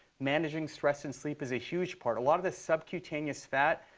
managing stress and sleep is a huge part. a lot of this subcutaneous fat,